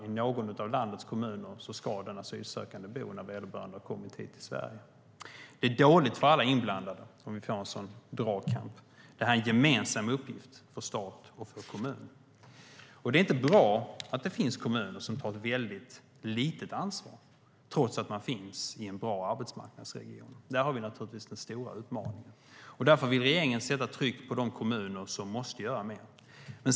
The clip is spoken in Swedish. I någon av landets kommuner ska den asylsökande bo när vederbörande har kommit hit till Sverige. Det är dåligt för alla inblandade om vi får en sådan dragkamp. Detta är en gemensam uppgift för stat och kommun. Det är inte bra att det finns kommuner som tar ett väldigt litet ansvar trots att de finns i en bra arbetsmarknadsregion. Där har vi den stora utmaningen. Därför vill regeringen sätta tryck på de kommuner som måste göra mer.